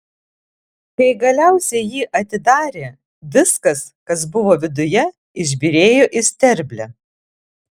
kai galiausiai jį atidarė viskas kas buvo viduje išbyrėjo į sterblę